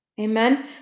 Amen